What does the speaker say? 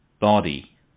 body